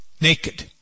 naked